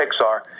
Pixar